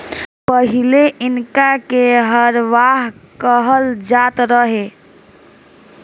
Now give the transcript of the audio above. पहिले इनका के हरवाह कहल जात रहे